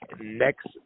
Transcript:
next